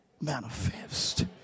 Manifest